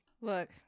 Look